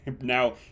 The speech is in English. now